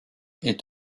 est